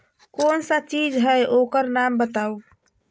कौन सा चीज है ओकर नाम बताऊ?